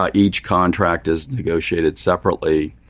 ah each contract is negotiated separately.